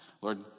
Lord